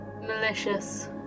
malicious